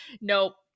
nope